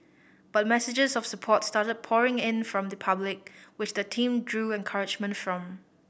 but messages of support started pouring in from the public which the team drew encouragement from